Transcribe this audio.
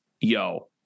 Yo